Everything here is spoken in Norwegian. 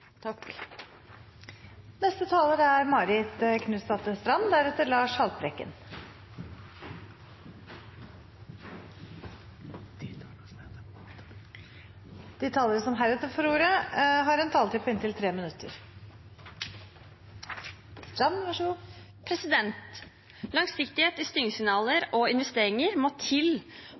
De talere som heretter får ordet, har en taletid på inntil 3 minutter. Langsiktighet i styringssignaler og investeringer må til